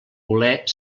voler